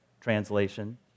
translation